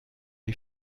est